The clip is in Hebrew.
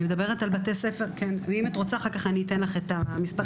אני מדברת על בתי ספר אם את רוצה אני אתן לך אחר כך את המספרים.